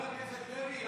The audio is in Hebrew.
חבר הכנסת לוי,